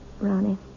Ronnie